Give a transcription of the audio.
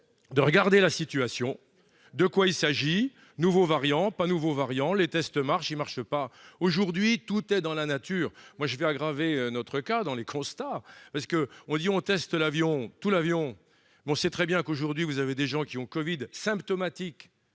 de regarder la situation de quoi il s'agit, nouveau variant pas nouveau variant les tests marche, il marche pas aujourd'hui, tout est dans la nature, moi je vais aggraver notre cas dans les constats parce que on dit on teste l'avion tout l'avion, bon c'est très bien qu'aujourd'hui vous avez des gens qui ont Covid symptomatique,